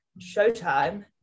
showtime